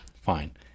Fine